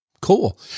cool